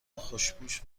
خوشپوش